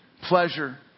pleasure